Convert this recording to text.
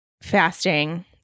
fasting